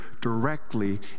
directly